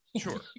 sure